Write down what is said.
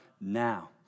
now